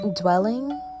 dwelling